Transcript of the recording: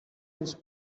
this